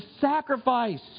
sacrifice